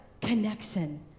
connection